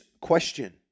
question